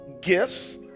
gifts